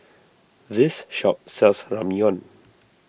this shop sells Ramyeon